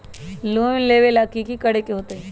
Loan लेबे ला की कि करे के होतई?